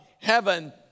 heaven